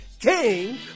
King